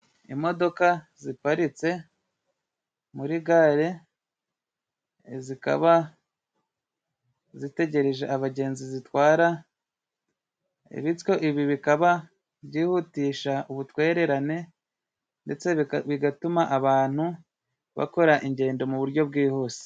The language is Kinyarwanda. Imodoka ziparitse muri gare ,zikaba zitegereje abagenzi zitwara ,bityo ibi bikaba byihutisha ubutwererane, ndetse bigatuma abantu bakora ingendo mu buryo bwihuse.